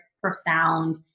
profound